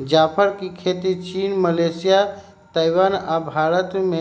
जाफर के खेती चीन, मलेशिया, ताइवान आ भारत मे